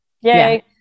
Yay